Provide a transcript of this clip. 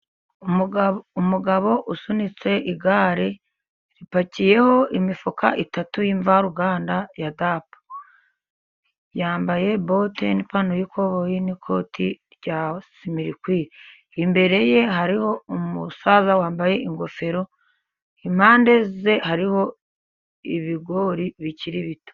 Umugabo usunitse igare ripakiyeho imifuka itatu y'imvaruganda ya dapu. Yambaye bote n'ipantaro y'ikoboyi, n'ikoti rya smirikwire. imbere ye hariho umusaza wambaye ingofero, impande ye hariho ibigori bikiri bito.